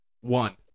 One